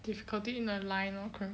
difficulty in a line lor correct